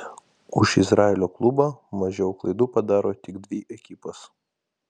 už izraelio klubą mažiau klaidų padaro tik dvi ekipos